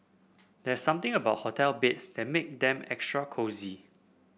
there's something about hotel beds that make them extra cosy